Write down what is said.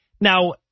Now